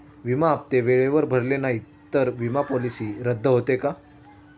विमा हप्ते वेळेवर भरले नाहीत, तर विमा पॉलिसी रद्द होते का?